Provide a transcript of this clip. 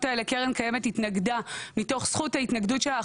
האלה קרן קיימת התנגדה מתוך זכות ההתנגדות שלה,